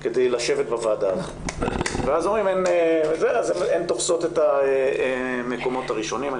כדי לשבת בוועדה הזאת ואז הן תופסות את המקומות הראשונים.